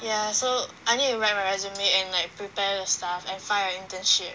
ya so I need to write my resume and like prepare the stuff and find an internship